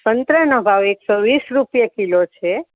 સંતરાનો ભાવ એકસો વીસ રૂપિયે કિલો છે